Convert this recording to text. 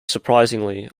surprisingly